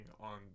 on